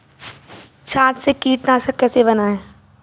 छाछ से कीटनाशक कैसे बनाएँ?